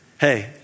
Hey